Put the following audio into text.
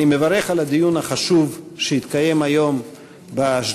אני מברך על הדיון החשוב שהתקיים היום בשדולה,